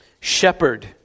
Shepherd